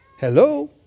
Hello